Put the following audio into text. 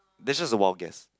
this was a wild guess